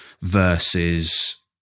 versus